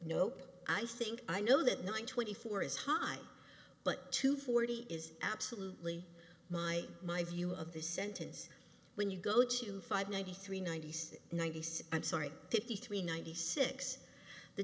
nope i think i know that nine twenty four is high but two forty is absolutely my my view of the sentence when you go to five ninety three ninety six ninety six i'm sorry fifty three ninety six the